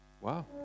wow